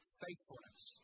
faithfulness